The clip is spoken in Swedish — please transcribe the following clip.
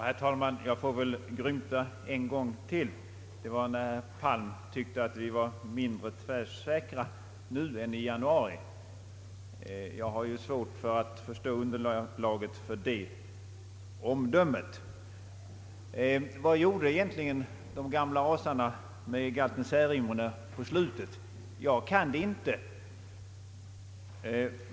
Herr talman! Jag får väl grymta en gång till. Palm tyckte att vi var mindre tvärsäkra nu än i januari. Jag har svårt att förstå underlaget för det omdömet. Vad gjorde egentligen de gamla asarna med galten Särimner mot slutet? Jag vet det inte.